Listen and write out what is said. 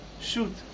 shoot